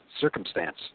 circumstance